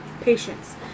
patience